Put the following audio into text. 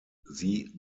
sie